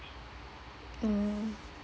mm